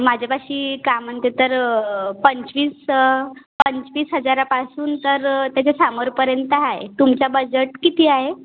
माझ्यापाशी काय म्हणते तर पंचवीस पंचवीस हजारापासून तर त्याच्या समोरपर्यंत आहे तुमचं बजट किती आहे